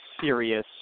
serious